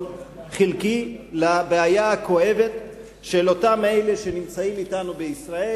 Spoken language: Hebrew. חלקי לבעיה הכואבת של אותם אלה שנמצאים אתנו בישראל.